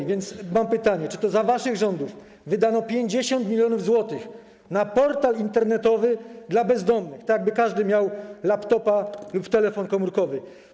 A więc mam pytanie: Czy to za waszych rządów wydano 50 mln zł na portal internetowy dla bezdomnych, tak by każdy z nich miał laptopa lub telefon komórkowy?